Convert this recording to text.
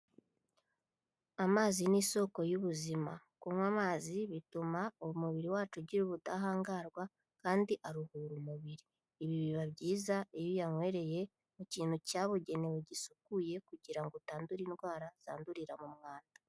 Amazi ni isoko y'ubuzima, kunywa amazi bituma umubiri wacu ugira ubudahangarwa kandi aruhura umubiri, ibi biba byiza iyo uyanywereye mu kintu cyabugenewe gisukuye kugira ngo utandura indwara zandurira mu mwanda.